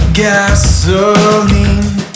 gasoline